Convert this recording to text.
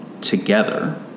together